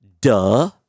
duh